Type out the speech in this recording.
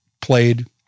played